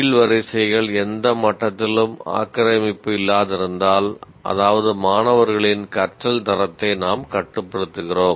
கீழ் வரிசைகள் எந்த மட்டத்திலும் ஆக்கிரமிப்பு இல்லாதிருந்தால் அதாவது மாணவர்களின் கற்றல் தரத்தை நாம் கட்டுப்படுத்துகிறோம்